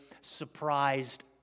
surprised